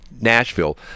Nashville